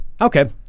Okay